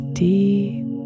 deep